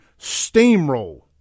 steamroll